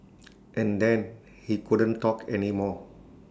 and then he couldn't talk anymore